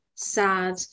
sad